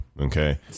Okay